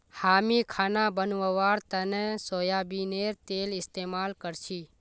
हामी खाना बनव्वार तने सोयाबीनेर तेल इस्तेमाल करछी